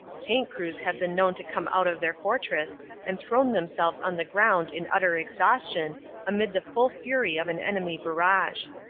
tank crews have been known to come out of their fortress and thrown themselves on the ground in utter exhaustion amid the full fury of an enemy barrage.